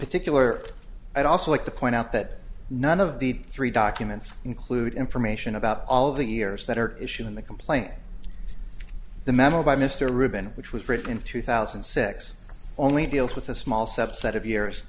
particular i'd also like to point out that none of the three documents include information about all of the years that are issued in the complaint the memo by mr rubin which was written in two thousand and six only deals with a small subset of years